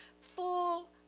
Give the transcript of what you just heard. full